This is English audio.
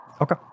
Okay